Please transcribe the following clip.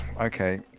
Okay